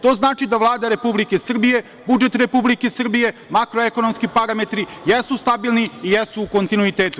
To znači da Vlada Republike Srbije, budžet Republike Srbije, makroekonomski parametri jesu stabilni i jesu u kontinuitetu.